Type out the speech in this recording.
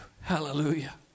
Hallelujah